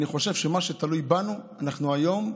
אני חושב שבמה שתלוי בנו אנחנו היום,